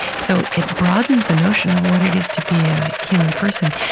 so it broadens the notion of what it is to be a human person,